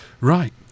right